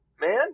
man